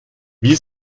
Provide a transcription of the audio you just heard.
wie